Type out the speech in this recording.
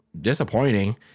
disappointing